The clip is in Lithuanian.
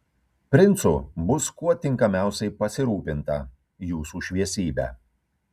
princu bus kuo tinkamiausiai pasirūpinta jūsų šviesybe